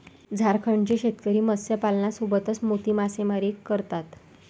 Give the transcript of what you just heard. झारखंडचे शेतकरी मत्स्यपालनासोबतच मोती मासेमारी करतात